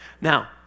Now